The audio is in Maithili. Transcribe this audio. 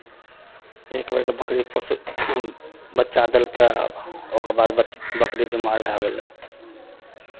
एक बेरके बकरी पोसय बच्चा देलकै आ ओकर बाद बच्च बकरी बीमार भए गेलै